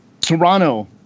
Toronto